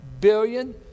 billion